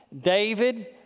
David